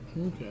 Okay